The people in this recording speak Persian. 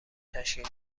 تشکیل